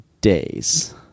days